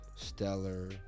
Stellar